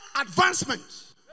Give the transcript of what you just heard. advancement